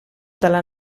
dalla